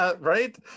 Right